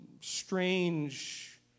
strange